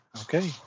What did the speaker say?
Okay